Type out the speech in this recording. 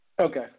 Okay